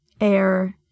air